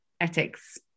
ethics